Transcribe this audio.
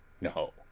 No